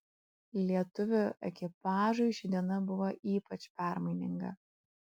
lietuvių ekipažui ši diena buvo ypač permaininga